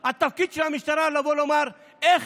התפקיד של המשטרה הוא לבוא ולומר: איך